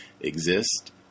exist